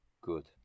Good